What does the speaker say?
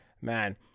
man